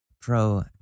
pro